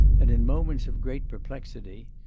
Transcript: and in moments of great perplexity,